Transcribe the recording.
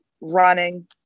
running